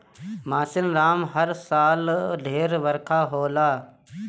मासिनराम में हर साल ढेर बरखा होला